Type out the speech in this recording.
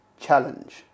challenge